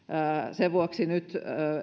sen vuoksi nyt